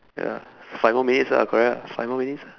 ya five more minutes ah correct ah five more minutes ah